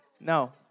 No